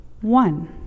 one